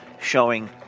showing